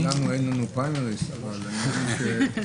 אנחנו נמצא היום בפתחו של יום דיונים וזה הנושא הראשון.